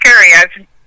scary